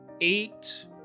eight